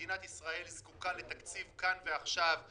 מדינת ישראל זקוקה לתקציב כאן ועכשיו,